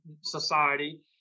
society